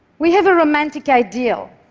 we have a romantic ideal